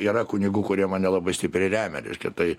yra kunigų kurie mane labai stipriai remia reiškia tai